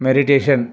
meditation